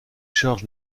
charge